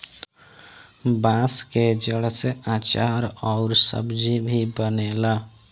बांस के जड़ से आचार अउर सब्जी भी बनेला